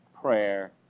prayer